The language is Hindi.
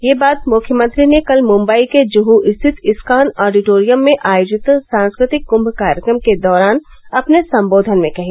यह बात मुख्यमंत्री ने कल मुंबई के जुहू स्थित इस्कॉन ऑडिटोरियम में आयोजित संस्कृतिक कुंभ कार्यक्रम के दौरान अपने संबोधन में कही